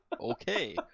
Okay